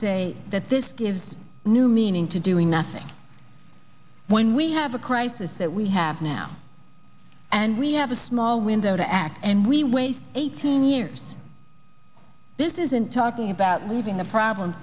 say that this gives new meaning to doing nothing when we have a crisis that we have now and we have a small window to act and we waste eighteen years this isn't talking about moving the problem